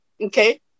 Okay